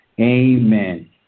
amen